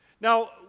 Now